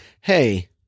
hey